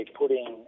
putting